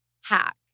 hack